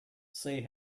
say